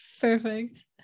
perfect